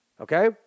okay